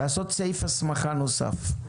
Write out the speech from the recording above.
לעשות סעיף הסמכה נוסף,